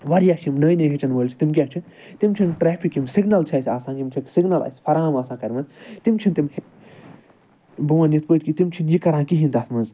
واریاہ چھِ یِم نٔے نٔے ہیٚچھَن وٲلۍ چھِ تِم کیٛاہ چھِ تِم چھِنہٕ ٹرٛیفِک یِم سِگنَل چھِ اسہِ آسان یِم چھِ سِگنَل اسہِ فراہم آسان کَرِ مَژ تِم چھِنہٕ تِم بہٕ وَنہٕ یِتھۍ پٲٹھۍ کہِ تِم چھِنہٕ یہِ کران کِہیٖنۍ تَتھ منٛز